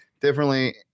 differently